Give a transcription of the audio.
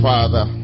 Father